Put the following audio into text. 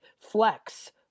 flex